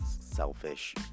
selfish